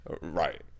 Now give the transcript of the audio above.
Right